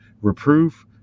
reproof